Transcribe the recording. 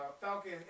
Falcon